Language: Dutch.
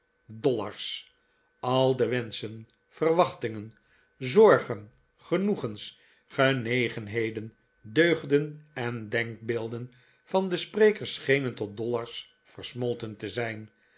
dollars al de wenschen verwachtingen zorgen genoegens genegenheden deugden en denkbeelden van de sprekers schenen tot dollars versmolten te zijn